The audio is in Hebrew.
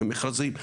עם המכרזים?